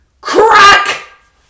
crack